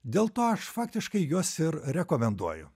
dėl to aš faktiškai juos ir rekomenduoju